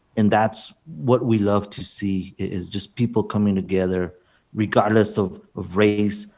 and that's what we love to see is just people coming together regardless of of race,